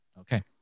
Okay